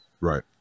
Right